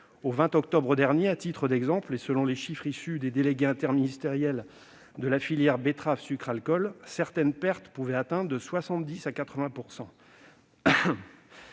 Au 20 octobre dernier, par exemple, selon les chiffres issus des délégués interministériels de la filière betterave-sucre-alcool, certaines pertes pouvaient atteindre de 70 % à 80